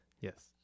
yes